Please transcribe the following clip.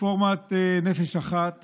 רפורמת נפש אחת